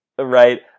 Right